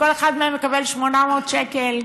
כל אחד מהם מקבל 800 שקלים.